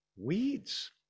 Weeds